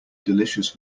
delicious